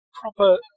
proper